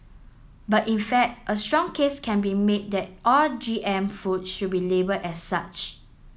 but in fact a strong case can be made that all G M food should be label as such